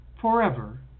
Forever